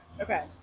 Okay